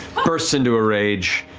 bursts into a rage,